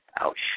Ouch